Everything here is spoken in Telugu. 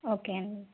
ఓకే అండి